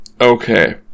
Okay